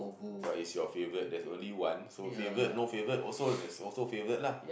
what is your favourite there's only one so favourite no favourite also there's also favourite lah